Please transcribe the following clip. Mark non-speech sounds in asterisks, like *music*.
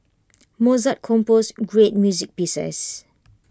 *noise* Mozart composed great music pieces